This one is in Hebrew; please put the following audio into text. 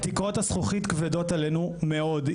תקרות הזכוכית כבדות עלינו מאוד.